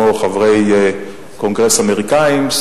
כמו חברי קונגרס אמריקנים,